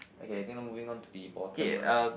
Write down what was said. okay I think I'm moving on to the bottom right